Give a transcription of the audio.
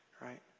right